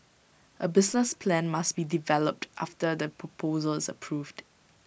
A business plan must be developed after the proposal is approved